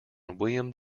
william